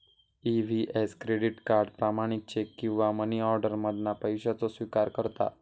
EVS credit card, प्रमाणित cheque किंवा money order मधना पैशाचो स्विकार करता